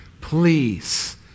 please